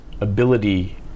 ability